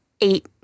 eight –